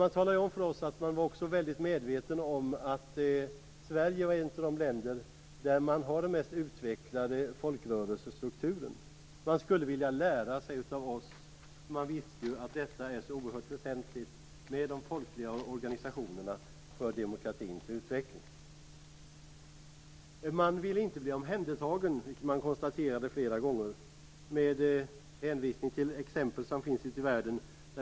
Man talade om för oss att man också är väldigt medveten om att Sverige är ett av de länder som har den mest utvecklade folkrörelsestrukturen. Man skulle vilja lära sig av oss, för man visste att de folkliga organisationerna är så oerhört väsentliga för demokratins utveckling. Man vill inte bli omhändertagen, vilket man konstaterade flera gånger med hänvisning till exempel som finns ute i världen.